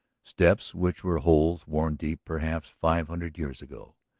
steps which were holes worn deep, perhaps five hundred years ago.